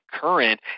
current